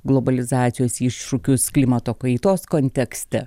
globalizacijos iššūkius klimato kaitos kontekste